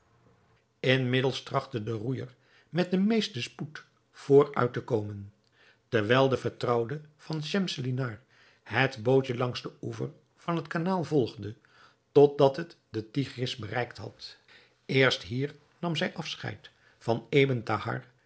inmiddels trachtte de roeijer met den meesten spoed vooruit te komen terwijl de vertrouwde van schemselnihar het bootje langs den oever van het kanaal volgde totdat het den tigris bereikt had eerst hier nam zij afscheid van